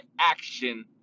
action